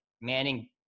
Manning